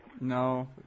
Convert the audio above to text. No